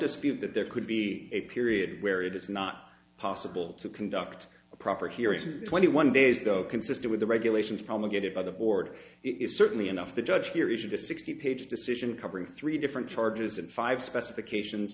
dispute that there could be a period where it is not possible to conduct a proper hearing twenty one days go consistent with the regulations promulgated by the board it is certainly enough the judge here issued a sixty page decision covering three different charges and five specifications